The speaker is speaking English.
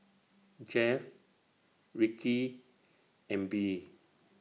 Geoff Rikki and Bee